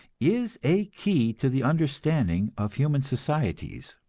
is a key to the understanding of human societies.